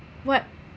what